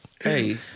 Hey